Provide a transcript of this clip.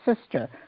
sister